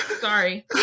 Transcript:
Sorry